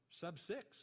sub-six